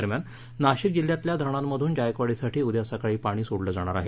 दरम्यान नाशिक जिल्ह्यातल्या धरणांमधून जायकवाडीसाठी उद्या सकाळी पाणी सोडलं जाणार आहे